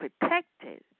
protected